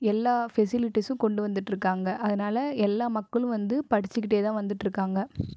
எல்லா ஃபெஷிலிட்டிசும் கொண்டு வந்துட்டுருக்காங்க அதனால எல்லா மக்களும் வந்து படிச்சிகிட்டே தான் வந்துட்டுருக்காங்க